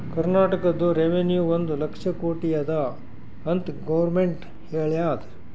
ಕರ್ನಾಟಕದು ರೆವೆನ್ಯೂ ಒಂದ್ ಲಕ್ಷ ಕೋಟಿ ಅದ ಅಂತ್ ಗೊರ್ಮೆಂಟ್ ಹೇಳ್ಯಾದ್